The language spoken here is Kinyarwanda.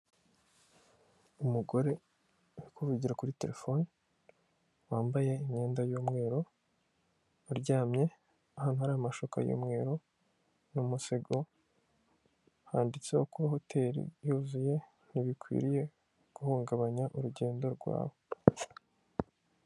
Umugore uri kuvugira kuri terefone, wambaye imyenda y'umweru uryamye ahantu hari amashuka y'umweru mu umusego handitseho, kuba hoteri yuzuye ntibikwiriye guhungabanya urugendo rwawe.